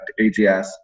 AGS